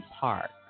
Park